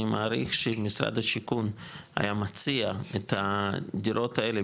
אני מעריך שאם משרד השיכון היה מציע את הדירות האלה,